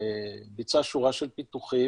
ביצעה שורה של פיתוחים,